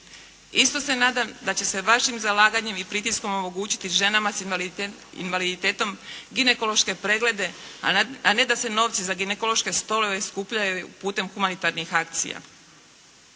Isto se nadam da će se vašim zalaganjem i pritiskom omogućiti ženama s invaliditetom ginekološke preglede a ne da se novci za ginekološke stolove skupljaju putem humanitarnih akcija.